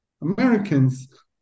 Americans